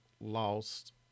Lost